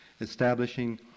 establishing